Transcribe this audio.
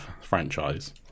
franchise